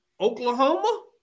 Oklahoma